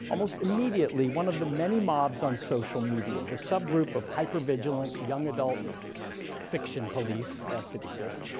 almost immediately, one of the many mobs on social media, the subgroup of hyper-vigilant young adult fiction police, yes, it exists,